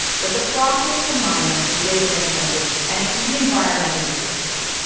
but the process to mine them is labor-intensive, and it can be environmentally destructive.